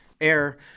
air